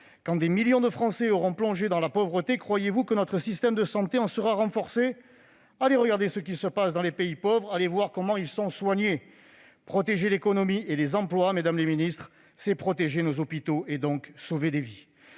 Quand des millions de Français auront plongé dans la pauvreté, croyez-vous que notre système de santé en sera renforcé ? Allez regarder ce qui se passe dans les pays pauvres ! Allez voir comment la population y est soignée ! Protéger l'économie et les emplois, mesdames les ministres, c'est protéger nos hôpitaux, donc sauver des vies.